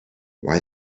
why